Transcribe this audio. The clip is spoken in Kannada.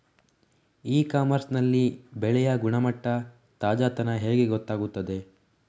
ಇ ಕಾಮರ್ಸ್ ನಲ್ಲಿ ಬೆಳೆಯ ಗುಣಮಟ್ಟ, ತಾಜಾತನ ಹೇಗೆ ಗೊತ್ತಾಗುತ್ತದೆ?